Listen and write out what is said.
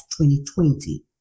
2020